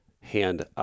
hand